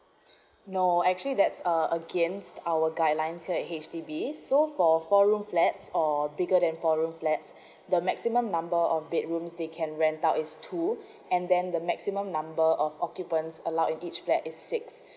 no actually that's uh against our guidelines at H_D_B so for four room flats or bigger than four room flat the maximum number of bedrooms they can rent out is two and then the maximum number of occupants allow each flat is six